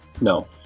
No